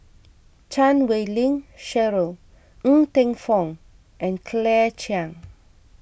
Chan Wei Ling Cheryl Ng Teng Fong and Claire Chiang